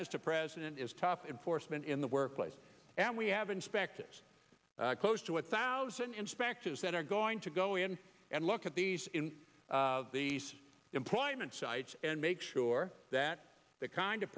mr president is tough enforcement in the workplace and we have inspectors close to a thousand inspectors that are going to go in and look at these in these employment sites and make sure that the kind of